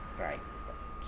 right